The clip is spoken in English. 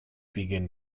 begin